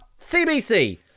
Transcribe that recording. CBC